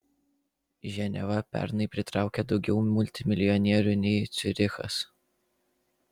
ženeva pernai pritraukė daugiau multimilijonierių nei ciurichas